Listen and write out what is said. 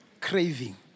Craving